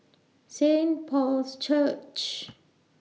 Saint Paul's Church